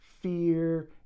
fear